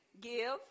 Give